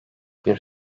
bir